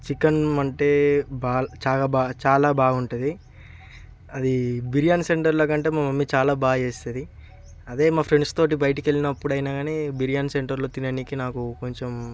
chicken కంటే బాల్ చాగా చాలా బాగుంటుంది అది బిర్యానీ సెంటర్లో కంటే మా మమ్మీ చాలా బాగా చేస్తుంది అదే మా ఫ్రెండ్స్ తోటి బయటికు వెళ్ళినప్పుడైనా కానీ బిర్యానీ సెంటర్లో తినడానికి నాకు కొంచెం